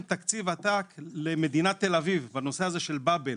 למדינת תל אביב תקציב עתק בנושא של באבל,